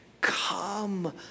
Come